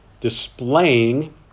displaying